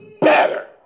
better